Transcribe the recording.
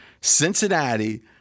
Cincinnati